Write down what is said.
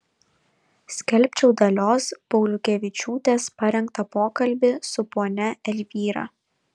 skelbčiau dalios pauliukevičiūtės parengtą pokalbį su ponia elvyra